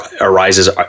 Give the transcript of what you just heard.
arises